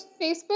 Facebook